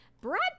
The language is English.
Brad